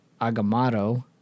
Agamotto